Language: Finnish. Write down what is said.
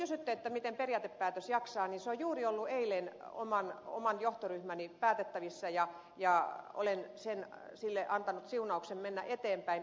kun kysyitte miten periaatepäätös jaksaa niin se on juuri eilen ollut oman johtoryhmäni päätettävissä ja olen sille antanut siunaukseni mennä eteenpäin